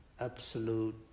Absolute